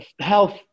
health